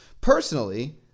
Personally